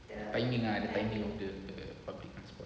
timing ah timing of the public transport